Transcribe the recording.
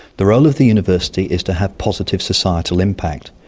the role of the university is to have positive societal impact,